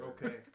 Okay